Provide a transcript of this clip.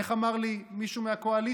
איך אמר לי מישהו מהקואליציה?